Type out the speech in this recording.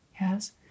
yes